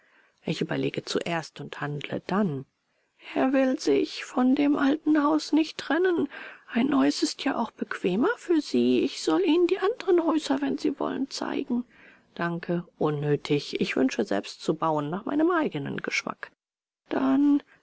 ich überlege zuerst und handle dann er will sich von dem alten haus nicht trennen ein neues ist ja auch bequemer für sie ich soll ihnen die anderen häuser wenn sie wollen zeigen danke unnötig ich wünsche selbst zu bauen nach meinem eigenen geschmack dann